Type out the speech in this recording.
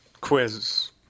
quizzes